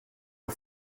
aux